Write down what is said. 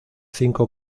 cinco